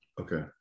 Okay